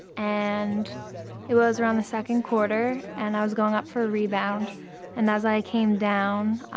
and it was around the second quarter and i was going up for a rebound and as i came down,